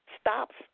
stops